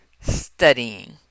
studying